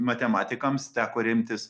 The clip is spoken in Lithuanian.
matematikams teko remtis